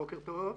בוקר טוב.